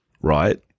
right